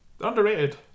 underrated